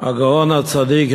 הגאון הצדיק,